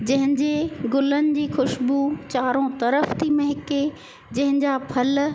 जंहिंजे ग़ुलनि जी ख़ुश्बू चारो तर्फ़ थी महिके जंहिं जा फल